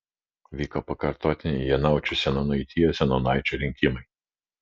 vyko pakartotiniai janaučių seniūnaitijos seniūnaičio rinkimai